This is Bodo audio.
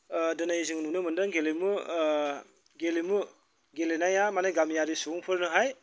दिनै जों नुनो मोन्दों गेलेमु गेलेमु गेलेनाया माने गामियारि सुबुंफोरनोहाय